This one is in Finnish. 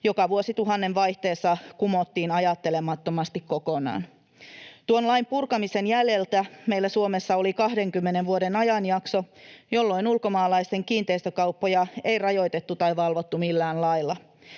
joka vuosituhannen vaihteessa kumottiin ajattelemattomasti kokonaan. Tuon lain purkamisen jäljiltä meillä Suomessa oli 20 vuoden ajanjakso, jolloin ulkomaalaisten kiinteistökauppoja ei rajoitettu tai valvottu millään lailla.